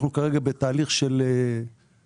אנחנו כרגע בתהליך של צט"פ,